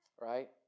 right